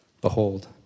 Behold